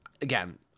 Again